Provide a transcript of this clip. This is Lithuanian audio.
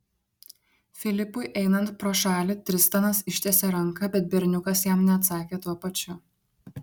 filipui einant pro šalį tristanas ištiesė ranką bet berniukas jam neatsakė tuo pačiu